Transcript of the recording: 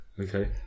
Okay